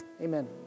Amen